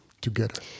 together